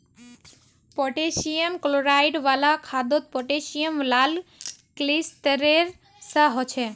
potassium chloride वाला खादोत potassium लाल क्लिस्तेरेर सा होछे